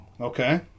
Okay